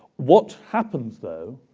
what happens, though,